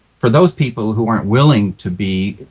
for those people who aren't willing to be.